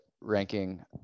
ranking